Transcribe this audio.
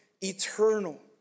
eternal